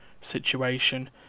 situation